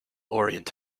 orient